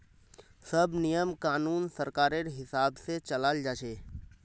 सब नियम कानून सरकारेर हिसाब से चलाल जा छे